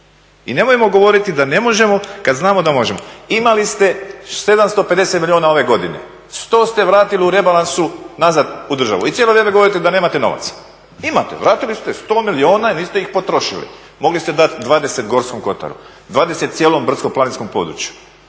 I nemojmo govoriti da ne možemo kad znamo da možemo. Imali ste 750 milijuna ove godine, 100 ste vratili u rebalansu nazad u državu i cijelo vrijeme govorite da nemate novaca. Imate, vratili ste 100 milijuna i niste ih potrošili. Mogli ste dati 20 Gorskom kotaru, 20 cijelom brdsko-planinskom području,